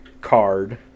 card